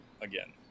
again